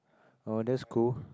oh that's cool